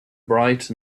bright